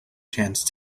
chance